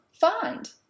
find